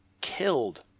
killed